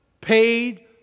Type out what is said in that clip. paid